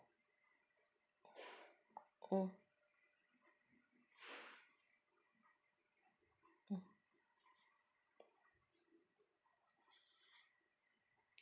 oh